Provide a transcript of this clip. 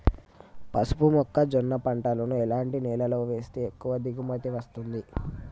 పసుపు మొక్క జొన్న పంటలను ఎలాంటి నేలలో వేస్తే ఎక్కువ దిగుమతి వస్తుంది?